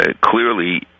clearly